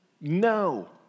No